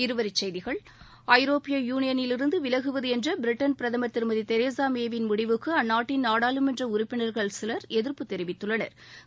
இருவரி செய்திகள் ஐரோப்பிய யூனியனிலிருந்து விலகுவது என்ற பிரிட்டன் பிரதமா் திருமதி தெரேசா மே யின் முடிவுக்கு அந்நாட்டின் நாடாளுமன்ற உறுப்பினா்கள் சிலா் எதிாப்பு தெரிவித்துள்ளனா்